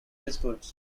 biscuits